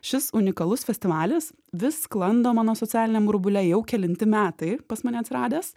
šis unikalus festivalis vis sklando mano socialiniam burbule jau kelinti metai pas mane atsiradęs